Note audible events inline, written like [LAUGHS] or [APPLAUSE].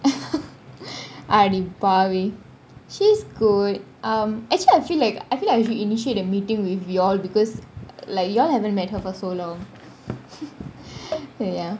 [LAUGHS] அடிப்பாவி :adipaavi she's good um actually I feel like I feel like if you should initiate a meeting with you all because like you all haven't met her for so long [LAUGHS] ya